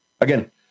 again